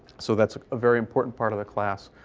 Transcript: so that's a very important part of the class.